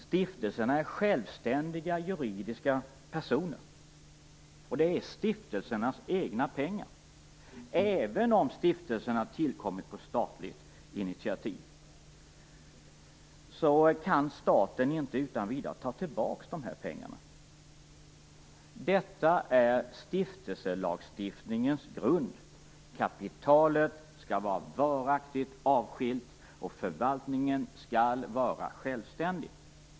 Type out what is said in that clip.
Stiftelserna är självständiga juridiska personer, och det är stiftelsernas egna pengar. Även om stiftelserna har tillkommit på statligt initiativ kan staten inte utan vidare ta tillbaka pengarna. Detta är stiftelselagstiftningens grund. Kapitalet skall vara varaktigt avskiljt och förvaltningen skall vara självständig.